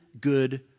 good